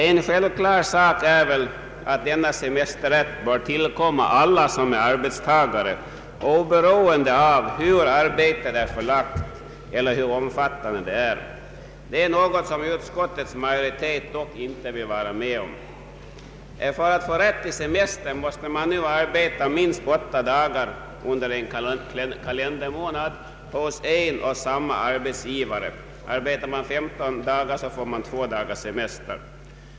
En självklar sak är att denna semesterrätt bör tillkomma alla som är arbetstagare, oberoende av hur arbetet är förlagt eller hur omfattande det är. Det är något som utskottsmajoriteten dock inte vill vara med om. För att få rätt till semester måste man nu arbeta minst 8 dagar under en kalendermånad hos en och samma arbetsgivare, Arbetar man 15 dagar får man två dagars semester.